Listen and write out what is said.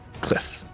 Cliff